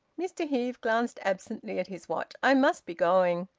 mr heve glanced absently at his watch. i must be going.